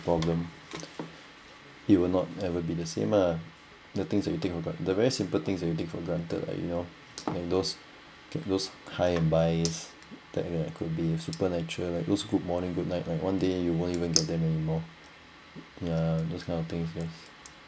problem it will not ever be the same lah the things that we think about the very simple things you take for granted like you know like those uh those hi and byes that uh could be super natural like those good morning good night when one day you won't even get them anymore ya those kind of things yes